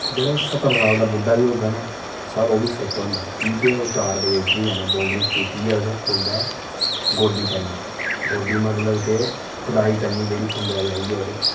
जेह्ड़ा बी सत्तर साल दा बुढ्डा बी होंदा ना जेह्का साढ़ै ओह् बी फिट होंदा कि के ओह् चार बजे उठियै जाना बौंगड़ी चुक्कियै खुंबै गोड्डी करने गोड्डी मतललव केह् खुदाई करनी जेह्की खुंबै जाईयै उस